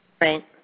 Right